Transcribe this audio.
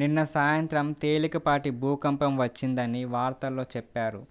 నిన్న సాయంత్రం తేలికపాటి భూకంపం వచ్చిందని వార్తల్లో చెప్పారు,